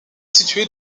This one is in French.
située